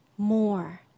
More